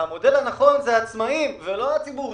המודל הנכון זה העצמאיים ולא הציבוריים.